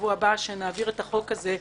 בשבוע הבא כשנעביר את החוק הזה,